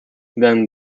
then